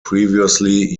previously